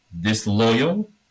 disloyal